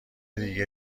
دیگه